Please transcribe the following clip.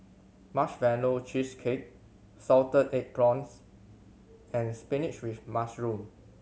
Marshmallow Cheesecake salted egg prawns and spinach with mushroom